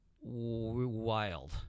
wild